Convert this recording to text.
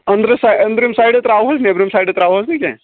اندرٕ سایڈ انٛدرم سایڈٕ تراوہوس نٮ۪برِم سایڈٕ تراو ہوس نہٕ کینٛہہ